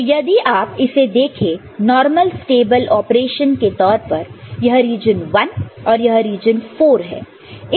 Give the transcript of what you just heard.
तो यदि आप इसे देखें नॉर्मल स्टेबल ऑपरेशन के तौर पर यह रीजन I और रीजन IV है